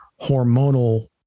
hormonal